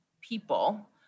people